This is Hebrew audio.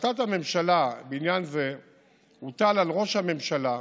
בהחלטת הממשלה בעניין זה הוטל על ראש הממשלה,